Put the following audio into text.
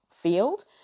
field